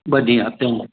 ॿ ॾींहं हफ़्ते में